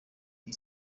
iyi